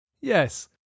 Yes